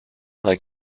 like